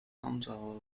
hometown